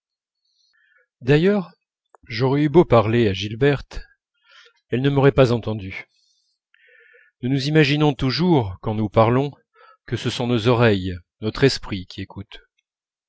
d'ailleurs j'aurais eu beau parler à gilberte elle ne m'aurait pas entendu nous nous imaginons toujours quand nous parlons que ce sont nos oreilles notre esprit qui écoutent